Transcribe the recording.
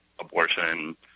abortion